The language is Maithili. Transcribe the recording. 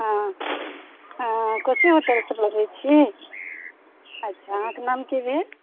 हँ कोशी होटलसँ बजैत छियै अच्छा अहाँकेँ नाम की भेल